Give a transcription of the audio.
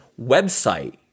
website